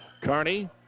Carney